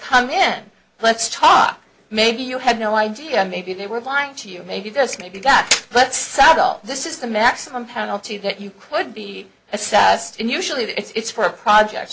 amen let's talk maybe you had no idea maybe they were lying to you maybe just maybe got that saddle this is the maximum penalty that you could be assessed and usually if it's for a project